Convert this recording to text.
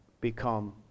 become